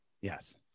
Yes